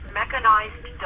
mechanized